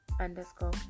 underscore